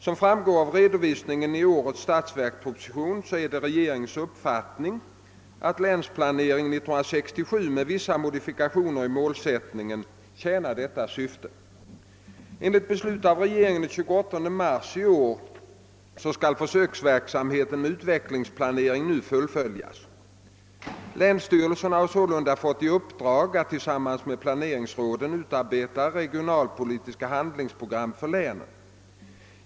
Som framgår av redovisningen i årets statsverksproposition är det regeringens uppfattning att Länsplanering 1967 med vissa modifikationer i målsättningen tjänar detta syfte. Enligt beslut av regeringen den 28 mars i år skall försöksverksamheten med utvecklingsplanering nu fullföljas. Länsstyrelserna har sålunda fått i uppdrag att tillsammans med planeringsråden utarbeta regionalpolitiska handlingsprogram för länen.